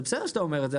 בסדר שאתה אומר את זה.